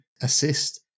assist